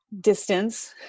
Distance